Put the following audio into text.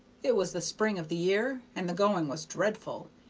it was the spring of the year, and the going was dreadful,